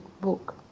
Book